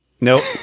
Nope